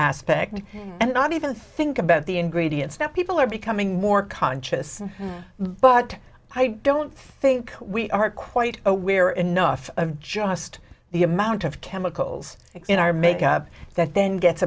aspect and not even think about the ingredients that people are becoming more conscious but i don't think we are quite aware enough of just the amount of chemicals in our makeup that then gets